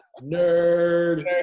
Nerd